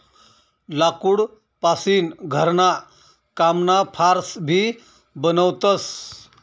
लाकूड पासीन घरणा कामना फार्स भी बनवतस